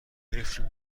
گرفتیم